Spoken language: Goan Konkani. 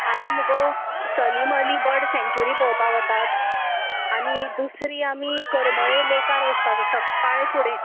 आमी मगो सलीम अली बर्ड सॅन्चरी पळोवपा वतात आनी दुसरी आमी करमळे लॅकार वचपा आसा सकाळी फुडें